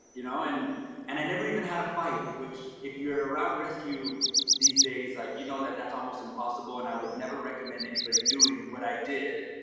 you know and and i never even had a fight, which if you're around rescue these days, like you know that that's almost impossible. and i would never recommend anybody doing what i did.